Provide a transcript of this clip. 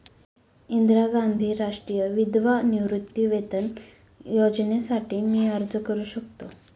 इंदिरा गांधी राष्ट्रीय विधवा निवृत्तीवेतन योजनेसाठी मी अर्ज करू शकतो?